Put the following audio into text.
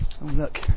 look